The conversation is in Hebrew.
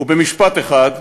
ובמשפט אחד: